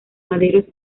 maderos